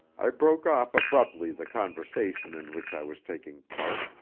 i broke off abruptly the conversation in which i was taking part,